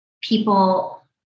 people